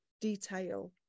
detail